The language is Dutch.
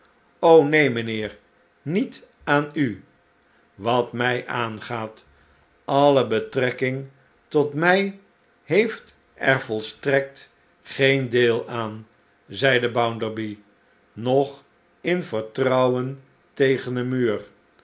neen mijnheer niet aan u wat mij aangaat alle betrekking tot mij heeft er volstrekt geen deel aan zeide bounderby nog in vertrouwen tegen den muur